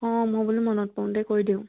অঁ মই বোলো মনত পৰোতে কৈ দিওঁ